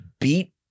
beat